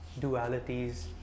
dualities